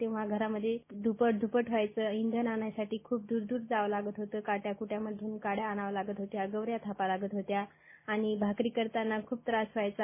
तेव्हा घरामध्ये ध्रपट ध्रपट व्हायचं इंधन आण्यासाठी ख्रप दर दर जावं लागत होतं काट्या कूट्यातून मधून काड्या आणाव्या लागत होत्या गोऱ्या थापाव्या लागत होत्या आणि भाकरी करतांना खूप त्रास व्हायचा